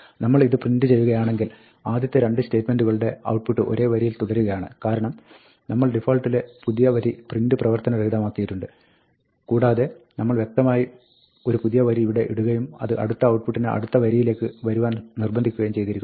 നമ്മൾ ഇത് പ്രിന്റ് ചെയ്യുകയാണെങ്കിൽ ആദ്യത്തെ രണ്ട് സ്റ്റേറ്റ്മെന്റുകളുടെ ഔട്ട്പുട്ട് ഒരേ വരിയിൽ തുടരുകയാണ് കാരണം നമ്മൾ ഡിഫാൾട്ടിലെ പുതിയ വരി പ്രിന്റ് പ്രവർത്തന രഹിതമാക്കിയിട്ടുണ്ട് കൂടാതെ നമ്മൾ വ്യക്തമായി ഒരു പുതിയ വരി ഇവിടെ ഇടുകയും ഇത് അടുത്ത ഔട്ട്പുട്ടിനെ അടുത്ത വരിയിലേക്ക് വരുവാൻ നിർബന്ധിക്കുകയും ചെയ്തിരിക്കുന്നു